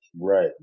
Right